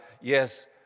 yes